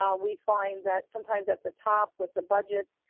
um we find that sometimes at the top with the budgets,